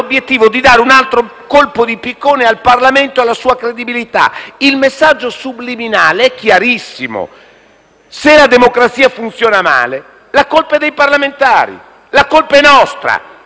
colpo di piccone al Parlamento e alla sua credibilità. Il messaggio subliminale è chiarissimo: se la democrazia funziona male, la colpa è dei parlamentari, è nostra. Noi siamo troppi,